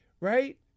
Right